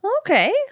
Okay